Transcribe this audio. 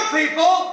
people